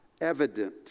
evident